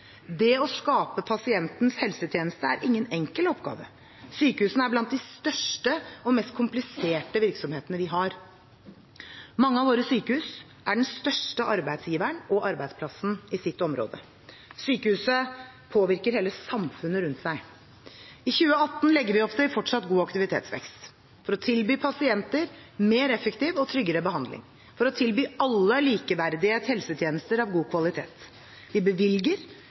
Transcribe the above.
Det å skape pasientens helsetjeneste er ingen enkel oppgave. Sykehusene er blant de største og mest kompliserte virksomhetene vi har. Mange av våre sykehus er den største arbeidsgiveren og arbeidsplassen i sitt område. Sykehusene påvirker hele samfunnet rundt seg. I 2018 legger vi opp til en fortsatt god aktivitetsvekst – for å tilby pasienter mer effektiv og tryggere behandling, for å tilby alle likeverdige helsetjenester av god kvalitet. Vi bevilger,